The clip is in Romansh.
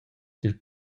dil